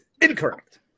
incorrect